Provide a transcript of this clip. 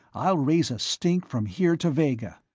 i'll raise a stink from here to vega!